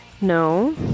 no